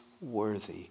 worthy